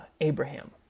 Abraham